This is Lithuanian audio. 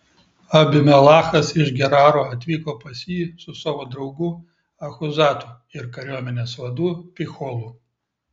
abimelechas iš geraro atvyko pas jį su savo draugu achuzatu ir kariuomenės vadu picholu